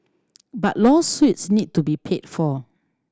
but lawsuits need to be paid for